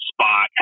spot